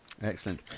Excellent